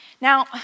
Now